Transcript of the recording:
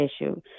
issue